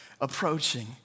approaching